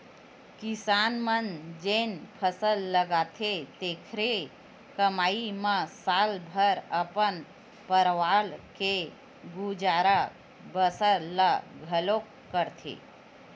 किसान मन जेन फसल लगाथे तेखरे कमई म साल भर अपन परवार के गुजर बसर ल घलोक करथे